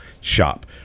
Shop